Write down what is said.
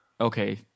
Okay